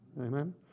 Amen